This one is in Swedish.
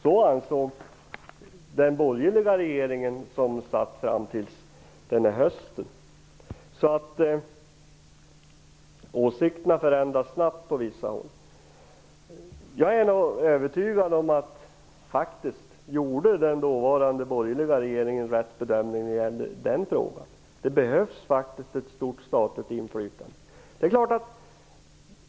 Så ansåg den borgerliga regering som satt fram till den här hösten. - Åsikterna förändras snabbt på vissa håll! Jag är övertygad om att den dåvarande borgerliga regeringen gjorde rätt bedömning i den frågan. Det behövs faktiskt ett stort statligt inflytande.